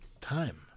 time